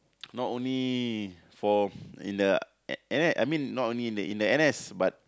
not only for in the N_S I mean not only in the N_S but